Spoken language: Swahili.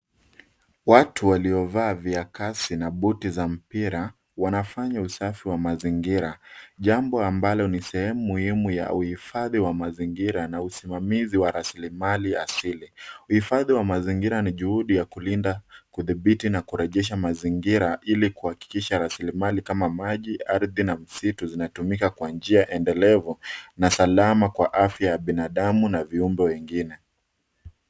Watu waliovaa viakasi na boti za mpira wanafanya usafi wa mazingira jambo ambalo ni sehemu ya uhifadhi wa mazingira na usimamizi wa rasilimali asili. Uhifadhi wa mazingira ni juhudi ya kulinda, kudhibiti na kurejesha mazingira ili kuhakikisha rasilimali kama maji, ardhi na msitu zinatumika kwa njia endelevu na salama kwa afya ya binadamu na viumbe wengine.